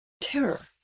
terror